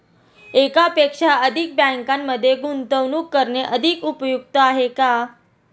एकापेक्षा अधिक बँकांमध्ये गुंतवणूक करणे अधिक उपयुक्त आहे का?